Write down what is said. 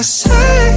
say